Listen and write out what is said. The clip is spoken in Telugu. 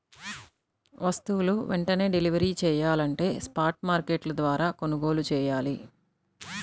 వస్తువులు వెంటనే డెలివరీ చెయ్యాలంటే స్పాట్ మార్కెట్ల ద్వారా కొనుగోలు చెయ్యాలి